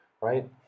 right